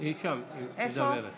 נגד עאידה